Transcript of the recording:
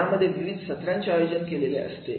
यामध्ये विविध सत्रांचे आयोजन केलेले असते